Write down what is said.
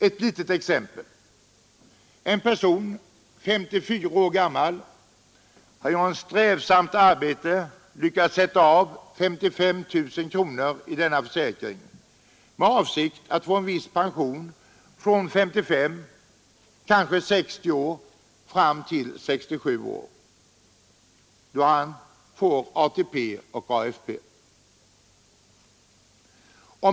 Ett litet exempel: En person, 54 år gammal, har genom strävsamt arbete lyckats sätta av 55 000 kronor i denna försäkring med avsikt att få en viss pension från det han är 55, kanske 60 år fram till 67 års ålder, då han får ATF och AFP.